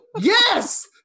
yes